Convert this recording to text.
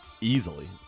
easily